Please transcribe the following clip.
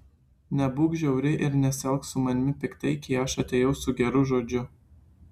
nebūk žiauri ir nesielk su manimi piktai kai aš atėjau su geru žodžiu